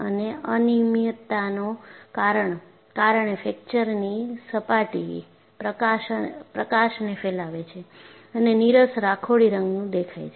અને અનિયમિતતાને કારણે ફ્રેકચરની સપાટી પ્રકાશને ફેલાવે છે અને નીરસ રાખોડી રંગનું દેખાય છે